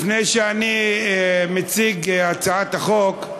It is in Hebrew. לפני שאני מציג הצעת החוק,